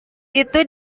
itu